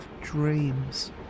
dreams